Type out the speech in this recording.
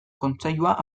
kontseilua